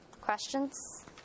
Questions